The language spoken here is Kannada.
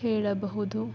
ಹೇಳಬಹುದು